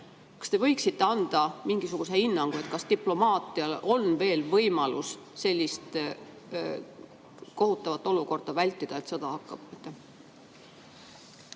Kas te võiksite anda mingisuguse hinnangu, kas diplomaatial on veel võimalus sellist kohutavat olukorda vältida, et sõda hakkab?